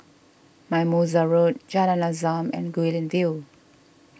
Mimosa Road Jalan Azam and Guilin View